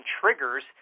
triggers